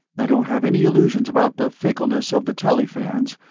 i don't have any illusions about the fickleness of the telly fans,